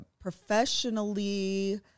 professionally